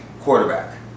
quarterback